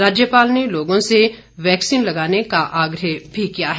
राज्यपाल ने लोगों से वैक्सीन लगाने का आग्रह भी किया है